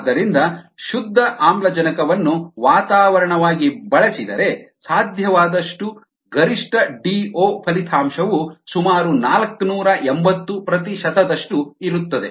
ಆದ್ದರಿಂದ ಶುದ್ಧ ಆಮ್ಲಜನಕವನ್ನು ವಾತಾವರಣವಾಗಿ ಬಳಸಿದರೆ ಸಾಧ್ಯವಾದಷ್ಟು ಗರಿಷ್ಠ ಡಿಒ ಫಲಿತಾಂಶವು ಸುಮಾರು ನಾಲ್ಕನೂರ ಎಂಬತ್ತು ಪ್ರತಿಶತದಷ್ಟು ಇರುತ್ತದೆ